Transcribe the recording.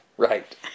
Right